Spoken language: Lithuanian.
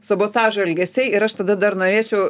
sabotažo elgesiai ir aš tada dar norėčiau